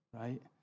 right